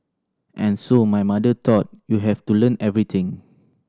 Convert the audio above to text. and so my mother thought you have to learn everything